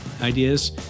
ideas